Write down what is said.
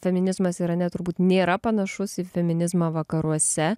feminizmas yra ne turbūt nėra panašus į feminizmą vakaruose